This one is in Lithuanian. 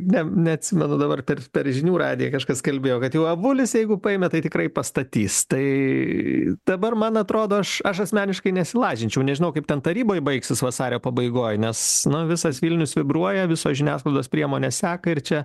ne neatsimenu dabar teks per žinių radiją kažkas kalbėjo kad jau avulis jeigu paėmė tai tikrai pastatys tai dabar man atrodo aš aš asmeniškai nesilažinčiau nežinau kaip ten taryboj baigsis vasario pabaigoj nes na visas vilnius vibruoja visos žiniasklaidos priemonės seka ir čia